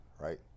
right